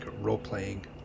role-playing